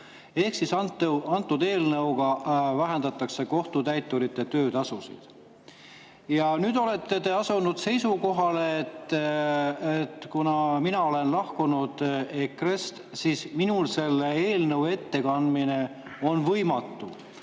võrra". Antud eelnõu [kohaselt] vähendataks kohtutäiturite töötasusid. Ja nüüd olete te asunud seisukohale, et kuna mina olen lahkunud EKRE‑st, siis minul on selle eelnõu ettekandmine võimatu.